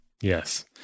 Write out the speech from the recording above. Yes